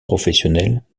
professionnels